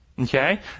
Okay